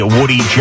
Woody